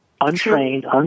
untrained